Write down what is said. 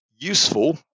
useful